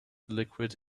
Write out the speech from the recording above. liquid